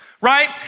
right